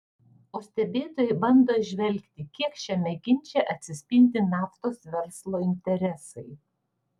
o stebėtojai bando įžvelgti kiek šiame ginče atsispindi naftos verslo interesai